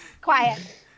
Quiet